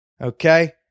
Okay